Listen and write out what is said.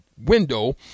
window